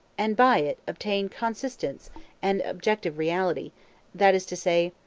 and by it obtain consistence and objective reality that is to say,